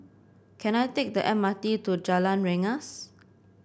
can I take the M R T to Jalan Rengas